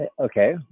Okay